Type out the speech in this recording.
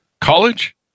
College